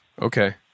Okay